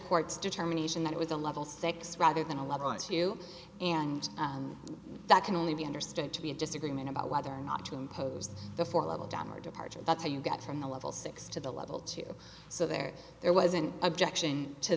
court's determination that it was a level six rather than a level as you and that can only be understood to be a disagreement about whether or not to impose the four level downward departure that's how you got from the level six to the level two so there there was an objection to